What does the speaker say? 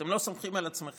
אתם לא סומכים על עצמכם?